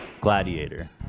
Gladiator